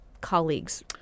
colleagues